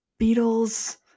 Beatles